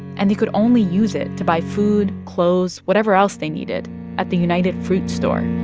and they could only use it to buy food, clothes, whatever else they needed at the united fruit store.